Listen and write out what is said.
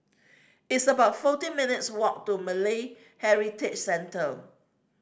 it's about fourteen minutes' walk to Malay Heritage Centre